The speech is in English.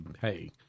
hey